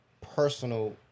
personal